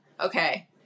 okay